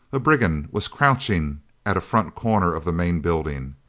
a brigand was crouching at a front corner of the main building!